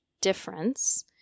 difference